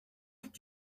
did